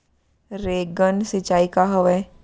Rain gun सिंचाई का हवय?